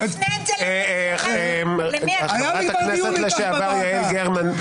תפנה את זה- -- חברת הכנסת לשעבר יעל גרמן,